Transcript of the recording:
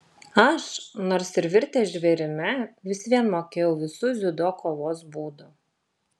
aš nors ir virtęs žvėrimi vis vien mokėjau visų dziudo kovos būdų